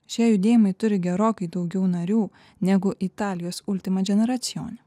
šie judėjimai turi gerokai daugiau narių negu italijos ultimadžineracijone